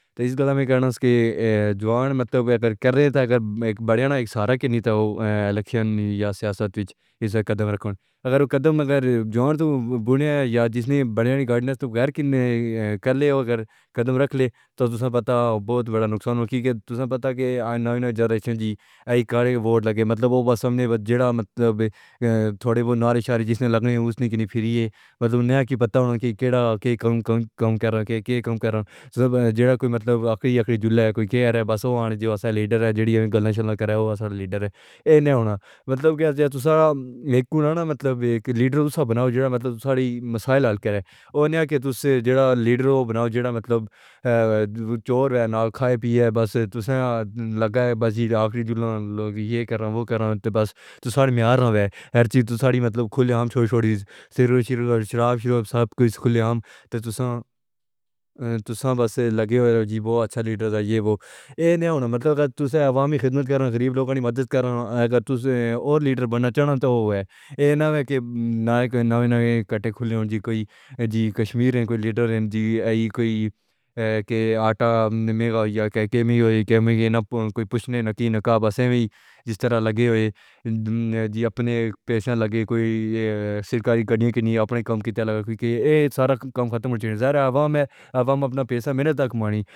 تیس گھنٹے کا نہ سکے جوان مٹیوں پہ گر کر رہے تھے۔ ایک بڑیانہ سا رکینڈی تھا کہ الیکشن یا سیاست وچ قدم رکھن اور قدم پر جوان تو بُڑھے یا جس نے بڑی گاڑی نہ تو غرق کر لے اور اگر قدم رکھ لے تو پتا ہو بہت بڑا نقصان ہوگی۔ تو سنو پتا ہے کہ نئی نئی جی کاروں میں ووٹ لگے مطلب اس نے بھی تھوڑے بوندھوں والی سیسی لگائی ہوئی اس نے پھری ہے مگر یہ کیے پتہ ہونا کہ کہنا کہ کم کم کام کر رہا ہے کہ کم کر رہا ہے جیسا کہ کچھ اوقات کہیں ہے بس وہ جو واصلیڈر ہے، جی ہمیں نہ کریں، وہ ہمارا لیڈر ہے۔ یہ نہ ہونا مطلب ہے کہ اتنا ہی کوئی نہ مطلب ایک لیڈر بناؤ جائے مطلب ساری مسائل ہل کر ہے اور جیسے جیڑھا لیڈر بناؤ جی ہے مطلب ہے چور ہے، ناکھا ہے پی ہے۔ بس توسیہہ لگا ہے، بس یہ آخری دن لوگ یہ کر رہا ہے وہ کر رہا ہے۔ بس تو سارے معیار نہ ہوے، ہر چیز ساری مطلب کھلے عام چوری چوری سر چور شراب شرواب سب کچھ خلیعام تے تساں تساں بس لگے ہوئے ہیں کہ جی بہت اچھا لیڈرز آئے ہو۔ ایسا نہ ہونا مطلب ہے کہ عوامی خدمت کرنا، غریب لوگوں کی مدد کر رہا ہے اور لیڈر بننا چاہنا تو ہوا ہے یہ نا ہے کہ نہ ہی نہ ہی کٹے کھلے ہوئے ہیں، کوئی جی کشمیر ہے، کوئی لیڈر ہیں، جی ہے کوئی کہ آنٹہ میرا ہوگا کہ کیا ہوئی ہوئی ہے کہ کوئی پوچھنے نہ کی نکاح باس ہے ہوئی جس طرح لگے ہوئے ہیں جی اپنے پیشے لگے کوئی سرکاری گاڑیوں کی نہیں اپنے کام کی طرح لگا ہے کہ یہ سارا کام ختم ہو گیا ہے۔ عوام ہے، عوام اپنا پیسہ محنت سے کمائیں۔